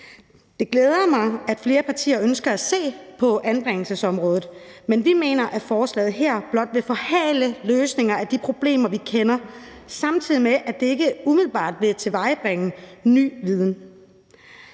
Det glæder mig, at flere partier ønsker at se på anbringelsesområdet, men vi mener, at forslaget her blot vil forhale løsninger af de problemer, vi kender, samtidig med at det ikke umiddelbart vil tilvejebringe ny viden.